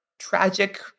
tragic